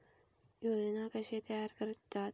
योजना कशे तयार करतात?